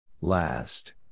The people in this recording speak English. Last